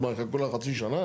אז מה, יתנו לה חצי שנה?